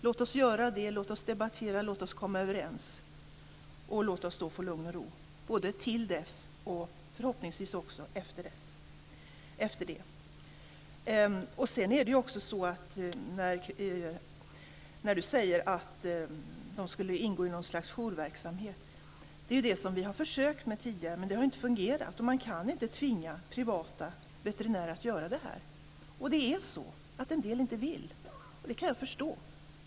Låt oss göra det, låt oss debattera och låt oss komma överens och få lugn och ro både fram till dess och förhoppningsvis också efter det. Christel Anderberg säger att veterinärerna ska ingå i ett slags jourverksamhet. Det är ju det som vi tidigare har försökt med men det har inte fungerat. Man kan inte tvinga privata veterinärer att göra det här. Det är så att en del inte vill, och det kan jag förstå.